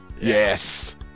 Yes